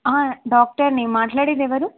డాక్టర్ని మాట్లాడేది ఎవరు